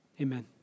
Amen